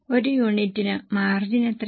ഒരു യൂണിറ്റിന് മാർജിൻ എത്രയാണ്